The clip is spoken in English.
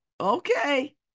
okay